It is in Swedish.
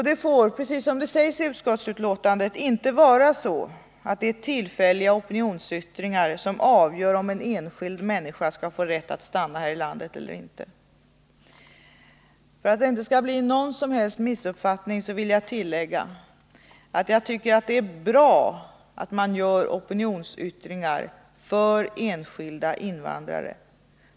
Det får, precis som det sägs i utskottsutlåtandet, inte vara så att det är tillfälliga opinionsbildningar som avgör om en enskild människa skall få rätt att stanna här i landet eller inte. För att det inte skall bli någon som helst missuppfattning vill jag tillägga att jag tycker det är bra att man gör opinionsyttringar för enskilda invandrare.